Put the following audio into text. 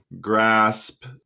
grasp